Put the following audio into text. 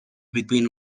between